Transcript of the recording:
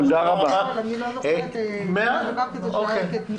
אני לא זוכרת שהיה דבר כזה.